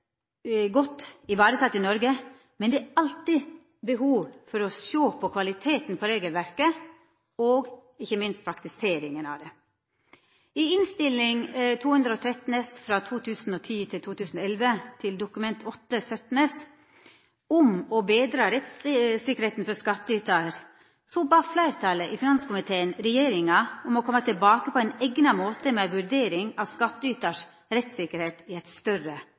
godt vareteken i Noreg, men det er alltid behov for å sjå på kvaliteten på regelverket og ikkje minst praktiseringa av det. I Innst. 213 S for 2010–2011 til Dokument 8:17 S om å betra rettssikkerheita for skattytar bad fleirtalet i finanskomiteen regjeringa om å koma tilbake på ein eigna måte med vurdering av skattytars rettssikkerheit i eit større